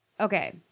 Okay